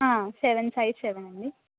seven size seven అండి